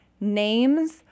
names